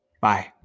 bye